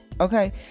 okay